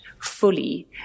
fully